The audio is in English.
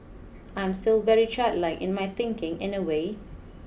I'm still very childlike in my thinking in a way